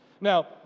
Now